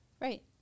Right